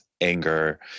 anger